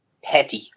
petty